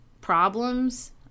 problems